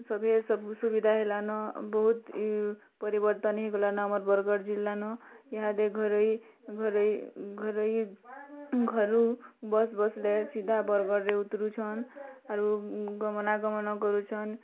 ସଭିଏଁ ସବୁ ସୁବିଧା ହେଲାନ ବହୁତ୍ ପରିବର୍ତ୍ତନ୍ ହୋଇଗଲାନ ଆମର୍ ବରଗଡ଼୍ ଜିଲ୍ଲାନୁ ଇହାଦେ ଘରୋଇ ଘରୋଇ ଘରୋଇ ଘରୁ ବସ୍ ବସ୍ଲେ ସିଧା ବରଗଡ଼୍ରେ ଉତୁର୍ଛନ୍ ଆରୁ ଗମନା ଗମନ କରୁଛନ୍